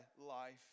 life